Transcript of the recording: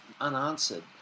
unanswered